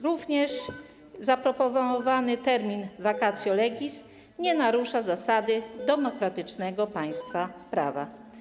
Również zaproponowany termin vacatio legis nie narusza zasady demokratycznego państwa prawa.